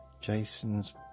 Jason's